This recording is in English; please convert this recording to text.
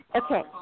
Okay